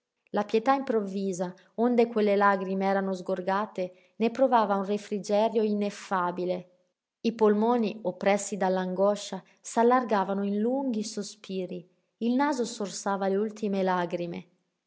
la pietà improvvisa onde quelle lagrime erano sgorgate ne provava un refrigerio ineffabile i polmoni oppressi dall'angoscia s'allargavano in lunghi sospiri il naso sorsava le ultime lagrime